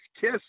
Kiss